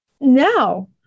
now